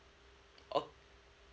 oh